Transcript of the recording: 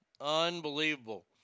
Unbelievable